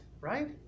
right